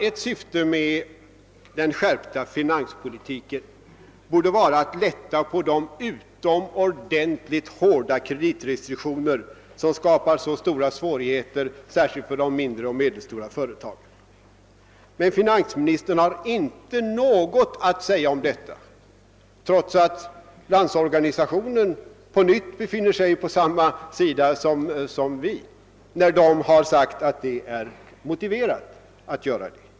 Ett syfte med den skärpta finanspolitiken borde vara att lätta på de utomordentligt hårda <kreditrestriktioner, som skapar så stora svårigheter särskilt för de mindre och medelstora företagen. Finansministern har emellertid inget att säga om detta, trots att Landsorganisationen, som även på denna punkt står på samma sida som vi, framhåller att det är motiverat med en lättnad.